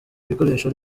bikoresho